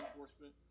enforcement